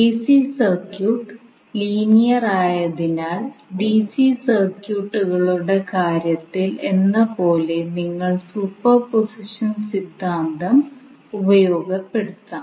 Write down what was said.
AC circuit linear ആയതിനാൽ DC സർക്യൂട്ടുകളുടെ കാര്യത്തിൽ എന്ന പോലെ നിങ്ങൾ സൂപ്പർപോസിഷൻ സിദ്ധാന്തം ഉപയോഗപ്പെടുത്താം